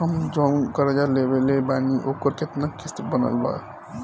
हम जऊन कर्जा लेले बानी ओकर केतना किश्त बनल बा?